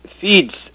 feeds